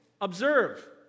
observe